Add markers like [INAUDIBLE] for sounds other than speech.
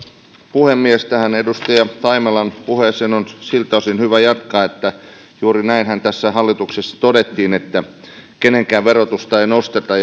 puhemies tätä edustaja taimelan puhetta on siltä osin hyvä jatkaa että juuri näinhän hallituksessa todettiin että kenenkään verotusta ei nosteta [UNINTELLIGIBLE]